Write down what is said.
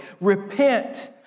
Repent